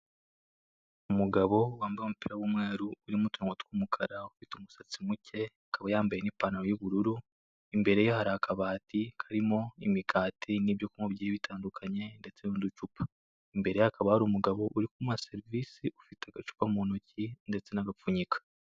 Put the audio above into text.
Umugabo wambaye umupira w'umweru urimo uturonko tw'umukara ufite umusatsi muke, akaba yambaye n'ipantaro y'ubururu, imbere ye hari akabati karimo imikati, n'ibyo kunywa bigiye bitandukanye, ndetse n'uducupa, imbere ye hakaba hari umugabo uri kumuha serivise ufite agacupa mu ntoki ndetse n'agapfunyika.